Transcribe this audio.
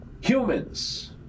Humans